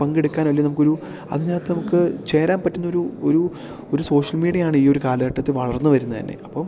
പങ്കെടുക്കാനല്ലേ നമുക്കൊരു അതിനകത്ത് നമുക്കു ചേരാൻ പറ്റുന്നൊരു ഒരു ഒരു സോഷ്യൽ മീഡിയയാണ് ഈ ഒരു കാലഘട്ടത്തില് വളർന്നു വരുന്നതുതന്നെ അപ്പോള്